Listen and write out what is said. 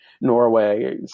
Norway